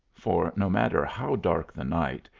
for, no matter how dark the night,